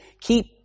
keep